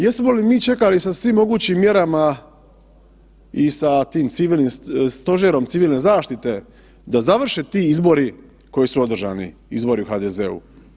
Jesmo li mi čekali sa svim mogućim mjerama i sa tim civilnim Stožerom civilne zaštite da završe ti izbori koji su održani, izbori u HDZ-u.